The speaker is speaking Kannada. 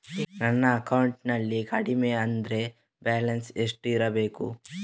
ನನ್ನ ಅಕೌಂಟಿನಲ್ಲಿ ಕಡಿಮೆ ಅಂದ್ರೆ ಬ್ಯಾಲೆನ್ಸ್ ಎಷ್ಟು ಇಡಬೇಕು?